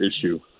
issue